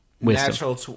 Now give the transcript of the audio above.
natural